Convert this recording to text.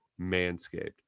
manscaped